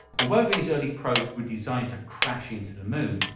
although these early probes were designed to crash into the moon,